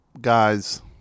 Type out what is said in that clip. Guys